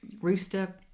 rooster